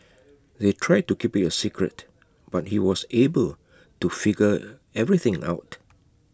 they tried to keep IT A secret but he was able to figure everything out